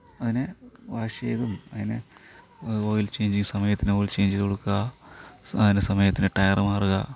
അതിനെ വാഷ് ചെയ്തും അതിനെ ഓയിൽ ചെയ്ഞ്ചിങ് സമയത്തിന് ഓയിൽ ചെയിഞ്ച് ചെയ്ത് കൊടുക്കുക അതിനെ സമയത്തിന് ടയറ് മാറുക